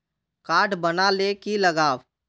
Card बना ले की लगाव?